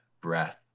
breath